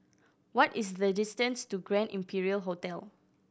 what is the distance to Grand Imperial Hotel